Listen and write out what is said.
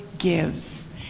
Gives